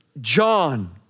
John